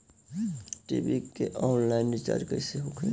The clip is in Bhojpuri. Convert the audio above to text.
टी.वी के आनलाइन रिचार्ज कैसे होखी?